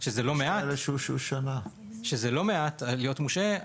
שזה לא מעט להיות מושעה,